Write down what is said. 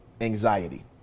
anxiety